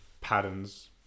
patterns